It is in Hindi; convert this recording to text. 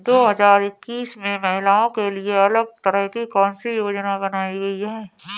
दो हजार इक्कीस में महिलाओं के लिए अलग तरह की कौन सी योजना बनाई गई है?